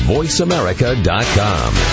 VoiceAmerica.com